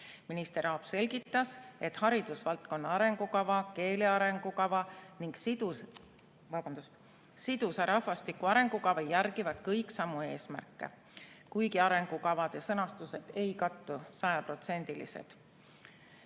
Minister Aab selgitas, et haridusvaldkonna arengukava, keele arengukava ning sidusa rahvastiku arengukava järgivad kõik samu eesmärke. Kuigi arengukavade sõnastused ei kattu